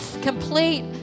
complete